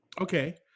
Okay